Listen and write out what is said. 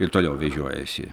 ir toliau vežiojasi